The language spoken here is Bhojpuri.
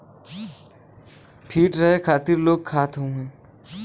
फिट रहे खातिर लोग खात हउअन